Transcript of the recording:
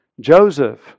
Joseph